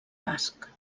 basc